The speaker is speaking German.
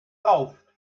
rauft